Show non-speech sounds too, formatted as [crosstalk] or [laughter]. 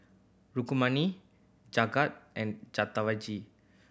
Rukmini Jagat and [unintelligible]